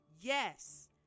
yes